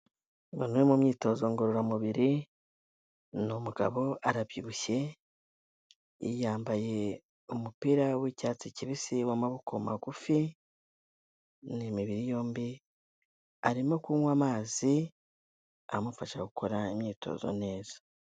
Umuntu uri mu myitozo ngororamubiri, ni umugabo arabyibushye, yambaye umupira wi'icyatsi kibisi w'amaboko magufi, ni imibiri yombi, arimo kunywa amazi amufasha gukora imyitozo neza.